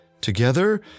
Together